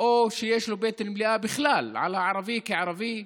או שיש לו בטן מלאה על ערבי כערבי,